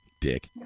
Dick